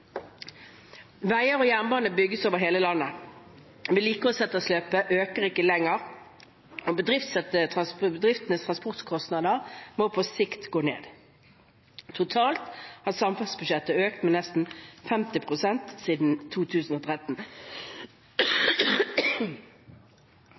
Veier og jernbane bygges over hele landet. Vedlikeholdsetterslepet øker ikke lenger, og bedriftenes transportkostnader vil på sikt gå ned. Totalt har samferdselsbudsjettet økt med nesten 50 pst. siden 2013.